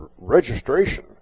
registration